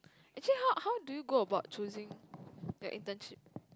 actually how how do you go about choosing the internship